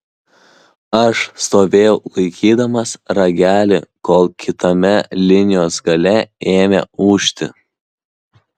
aš stovėjau laikydamas ragelį kol kitame linijos gale ėmė ūžti